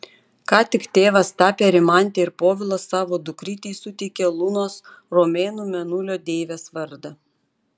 ką tik tėvas tapę rimantė ir povilas savo dukrytei suteikė lunos romėnų mėnulio deivės vardą